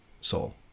soul